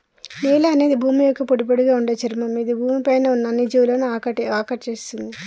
నేల అనేది భూమి యొక్క పొడిపొడిగా ఉండే చర్మం ఇది భూమి పై ఉన్న అన్ని జీవులను ఆకటేస్తుంది